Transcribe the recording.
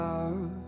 Love